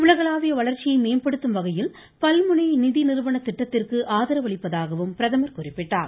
உலகளாவிய வளர்ச்சியை மேம்படுத்தும் வகையில் பல்முனை நிதி நிறுவனதிட்டத்திற்கு ஆதரவு அளிப்பதாகவும் பிரதமர் குறிப்பிட்டார்